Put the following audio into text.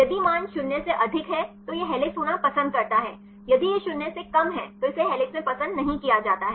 यदि मान 0 से अधिक है तो यह हेलिक्स होना पसंद करता है यदि यह 0 से कम है तो इसे हेलिक्स में पसंद नहीं किया जाता है